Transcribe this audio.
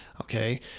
Okay